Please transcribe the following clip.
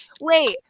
wait